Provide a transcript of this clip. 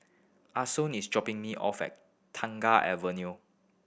Ason is dropping me off at Tengah Avenue